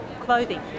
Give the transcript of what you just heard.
Clothing